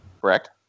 Correct